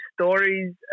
stories